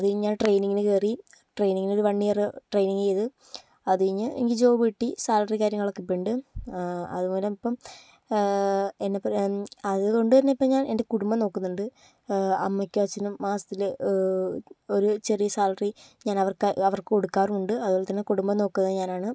അത് കഴിഞ്ഞ് ഞാൻ ട്രെനിങ്ങിന് കയറി ട്രെനിങ്ങിന് ഒരു വൺ ഇയറ് ട്രൈനിങ്ങ് ചെയ്ത് അത് കഴിഞ്ഞ് എനിക്ക് ജോബ് കിട്ടി സാലറി കാര്യങ്ങളൊക്കെ ഇപ്പം ഉണ്ട് അത് മൂലം ഇപ്പം എന്നെ പോലെ അതുകൊണ്ട് തന്നെ ഇപ്പം ഞാൻ എൻ്റെ കുടുംബം നോക്കുന്നുണ്ട് അമ്മയ്ക്കും അച്ഛനും മാസത്തില് ഒരു ചെറിയ സാലറി ഞാൻ അവർക്കായി അവർക്ക് കൊടുക്കാറുണ്ട് അതുപോലെ തന്നെ കുടുംബം നോക്കുന്നത് ഞാനാണ്